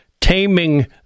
Taming